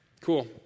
Cool